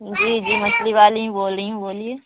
جی جی مچھلی والی ہی بول رہی ہوں بولیے